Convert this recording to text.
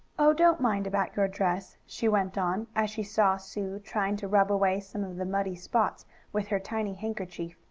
oh, don't mind about your dress, she went on, as she saw sue trying to rub away some of the muddy spots with her tiny handkerchief.